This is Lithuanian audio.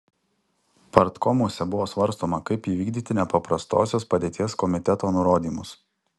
partkomuose buvo svarstoma kaip įvykdyti nepaprastosios padėties komiteto nurodymus